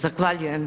Zahvaljujem.